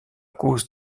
cause